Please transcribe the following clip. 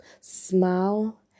smile